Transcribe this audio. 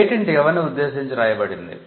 patent ఎవరిని ఉద్దేశించి రాయబడింది